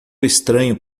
estranho